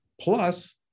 plus